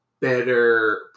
better